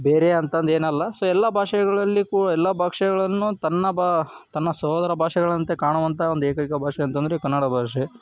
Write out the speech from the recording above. ಬೇರೆ ಅಂತಂದು ಏನಲ್ಲ ಸೊ ಎಲ್ಲ ಭಾಷೆಗಳಲ್ಲಿ ಕು ಎಲ್ಲ ಭಾಷೆಗಳನ್ನು ತನ್ನ ಬಾ ತನ್ನ ಸೋದರ ಭಾಷೆಗಳಂತೆ ಕಾಣುವಂಥ ಒಂದು ಏಕೈಕ ಭಾಷೆ ಅಂತಂದರೆ ಕನ್ನಡ ಭಾಷೆ